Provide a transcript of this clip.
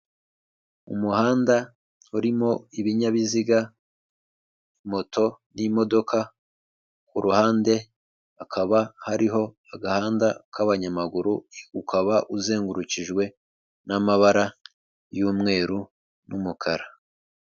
Umuhanda urimo ibinyabiziga moto n'imodoka, ku ruhande hakaba hariho agahanda k'abanyamaguru, ukaba uzengurukijwe n'amabara y'umweru n'umukara.